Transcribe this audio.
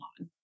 on